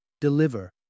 deliver